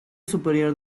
superior